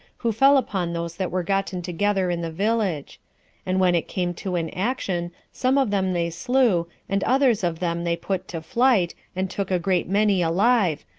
who fell upon those that were gotten together in the village and when it came to an action, some of them they slew, and others of them they put to flight, and took a great many alive,